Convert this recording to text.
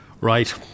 Right